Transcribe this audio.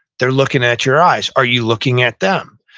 they're looking at your eyes. are you looking at them?